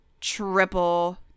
triple